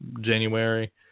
January